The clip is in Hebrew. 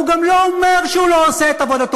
והוא גם לא אומר שהוא לא עושה את עבודתו.